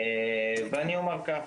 ואני אומר כך,